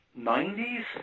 90s